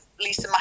Lisa